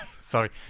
Sorry